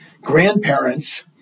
grandparents